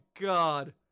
God